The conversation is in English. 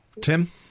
Tim